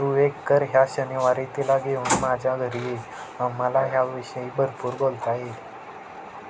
तू एक कर ह्या शनिवारी तिला घेऊन माझ्या घरी ये म मला ह्या विषयी भरपूर बोलता येईल